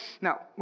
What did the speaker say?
Now